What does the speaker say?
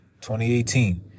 2018